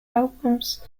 albums